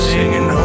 Singing